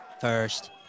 first